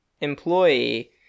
employee